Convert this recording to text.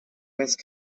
west